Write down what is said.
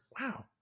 wow